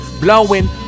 blowing